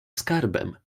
skarbem